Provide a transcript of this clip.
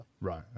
Right